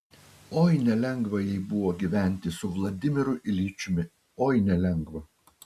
oi nelengva jai buvo gyventi su vladimiru iljičiumi oi nelengva